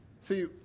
See